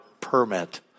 permit